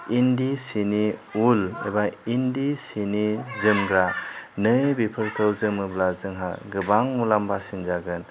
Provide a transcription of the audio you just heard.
इन्दि सिनि उल एबा इन्दि सिनि जोमग्रा नै बेफोरखौ जोमोब्ला जोंहा गोबां मुलाम्फासिन जागोन